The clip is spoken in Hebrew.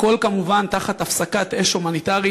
הכול כמובן תחת הפסקת אש הומניטרית,